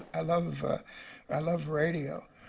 i love ah i love radio.